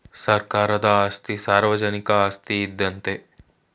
ಸರ್ಕಾರದ ಆಸ್ತಿ ಸಾರ್ವಜನಿಕ ಆಸ್ತಿ ಇದ್ದಂತೆ